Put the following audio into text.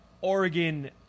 Oregon